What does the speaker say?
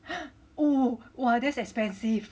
!huh! oh !wah! that's expensive